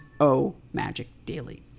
OmagicDaily